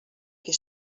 que